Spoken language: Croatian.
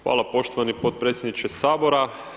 Hvala poštovani potpredsjedniče Sabora.